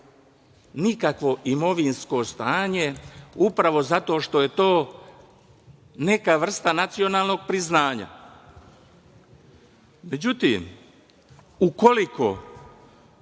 nikakvo imovinsko stanje, upravo zato što je to neka vrsta nacionalnog priznanja.Međutim, ukoliko